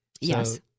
Yes